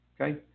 Okay